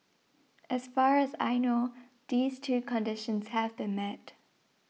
as far as I know these two conditions have been met